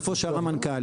איפה שאר המנכ"לים?